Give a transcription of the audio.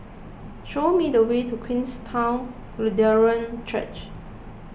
show me the way to Queenstown Lutheran Church